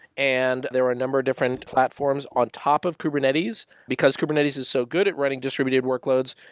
and there are a number different platforms on top of kubernetes. because kubernetes is so good at running distributed workloads,